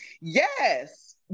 Yes